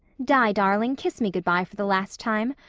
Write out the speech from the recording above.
di, darling, kiss me good-bye for the last time.